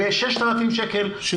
ב-6,000 שקל היא